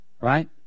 Right